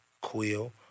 Quill